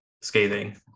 scathing